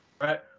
Right